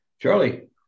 Charlie